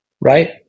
Right